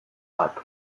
bat